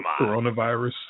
coronavirus